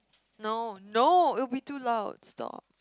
no no it'll be too loud stop